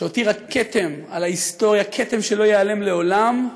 שהותירה כתם על ההיסטוריה, כתם שלא ייעלם לעולם,